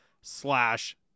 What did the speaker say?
slash